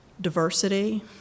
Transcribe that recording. diversity